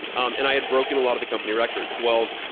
um and i had broken a lot of the company records. well,